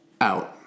out